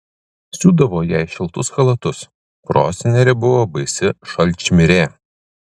siūdavo jai šiltus chalatus prosenelė buvo baisi šalčmirė